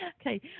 Okay